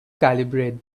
calibrate